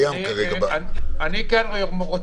ועשרה ילדים מהחינוך --- חינוך מיוחד לא